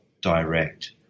direct